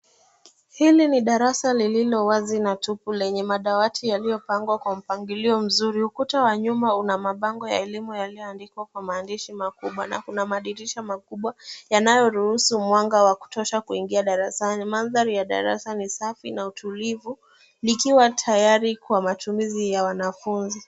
Hili ni darasa lililo wazi na tupu lenye madawati yaliyopangwa kwa mpangilio mzuri. Ukuta wa nyuma una mabango ya elimu yalioandikwa kwa maandishi makubwa na kuna madirisha makubwa yanayoruhusu mwanga wa kutosha kuingia darasani. Mandhari ya darasa ni safi na utulivu likiwa tayari kwa matumizi ya wanafunzi.